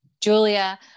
Julia